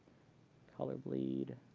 color bleed,